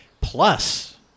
Plus